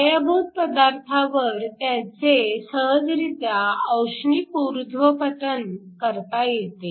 पायाभूत पदार्थावर त्यांचे सहजरित्या औष्णिक ऊर्ध्वपतन करता येते